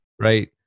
right